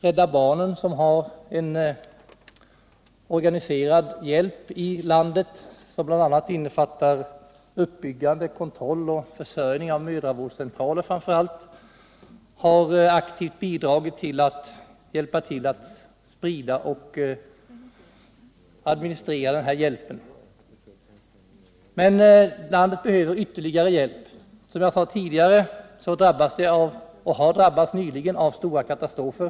Rädda barnen, som bedriver organiserad hjälp i landet, som bl.a. innefattar upprättande, kontroll och försörjning av framför allt mödravårdscentraler, har aktivt bidragit till att hjälpa till att sprida och administrera den här hjälpen. Men landet behöver ytterligare hjälp. Som jag sade tidigare drabbas det och har nyligen drabbats av stora katastrofer.